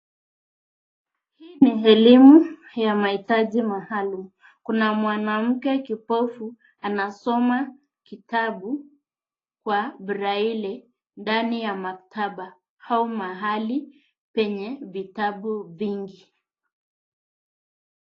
Hii ni elimu ya mahitaji maalum. Kuna mwanamke kipofu anasoma kitabu wa braille ndani ya maktaba au mahali lenye vitabu vingi.